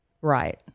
Right